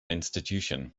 institution